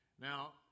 Now